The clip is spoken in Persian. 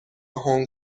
هنگ